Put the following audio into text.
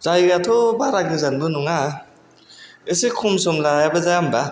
जायगायाथ' बारा गोजानबो नङा एसे खम सम लायाबा जाया होनबा